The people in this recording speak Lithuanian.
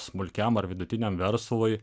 smulkiam ar vidutiniam verslui